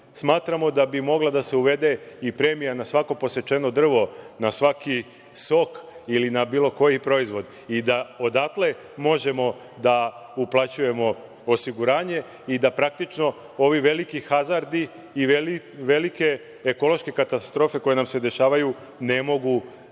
Smatramo da bi mogla da se uvede i premija na svako posečeno drvo, na svaki sok, ili na bilo koji proizvod, i da odatle možemo da uplaćujemo osiguranje, da praktično ovi veliki hazardi i velike ekološke katastrofe, koje nam se dešavaju ne mogu da